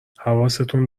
حواستون